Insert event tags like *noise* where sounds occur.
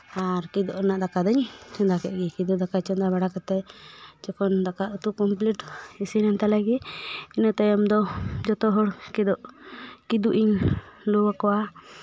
ᱟᱨ ᱠᱤᱫᱩᱵ ᱨᱮᱱᱟᱜ ᱫᱟᱠᱟ ᱫᱚᱹᱧ ᱪᱚᱸᱫᱟ ᱠᱮᱫ ᱜᱮ ᱠᱤᱫᱩᱯ ᱫᱟᱠᱟ ᱪᱚᱸᱫᱟ ᱵᱟᱲᱟ ᱠᱟᱛᱮ ᱡᱚᱠᱷᱚᱱ ᱫᱟᱠᱟ ᱩᱛᱩ ᱠᱚᱢᱯᱞᱤᱴ ᱤᱥᱤᱱ ᱮᱱ ᱛᱟᱞᱮᱜᱮ ᱤᱱᱟᱹ ᱛᱟᱭᱚᱢ ᱫᱚ ᱡᱚᱛᱚᱦᱚᱲ ᱠᱤᱫᱩᱵ ᱠᱤᱫᱩᱵ ᱤᱧ ᱞᱳ *unintelligible* ᱠᱚᱣᱟ